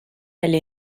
elle